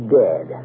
dead